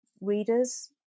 readers